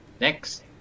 next